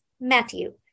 Matthew